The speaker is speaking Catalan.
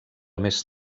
més